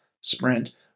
sprint